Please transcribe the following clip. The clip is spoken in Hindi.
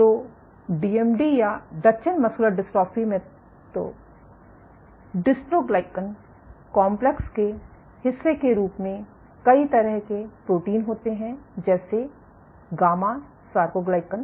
तो डीमडी या डचेन मुस्कुलर डेस्ट्रोफी में तो डिस्ट्रोग्लाइकन कॉम्प्लेक्स के हिस्से के रूप में कई प्रोटीन होते हैं जैसे गामा सारकोग्लाकन